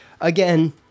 again